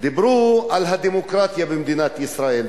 דיברו על הדמוקרטיה במדינת ישראל,